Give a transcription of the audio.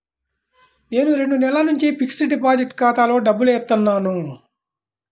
నేను రెండు నెలల నుంచి ఫిక్స్డ్ డిపాజిట్ ఖాతాలో డబ్బులు ఏత్తన్నాను